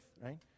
right